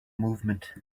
movement